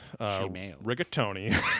rigatoni